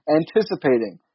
anticipating –